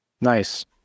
Nice